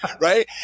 Right